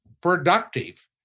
productive